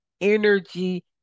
energy